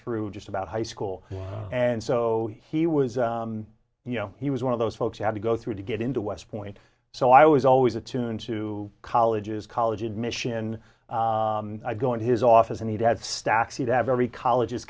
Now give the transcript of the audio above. through just about high school and so he was you know he was one of those folks who had to go through to get into west point so i was always attuned to colleges college admission i go in his office and he'd had stacks he'd have every colleges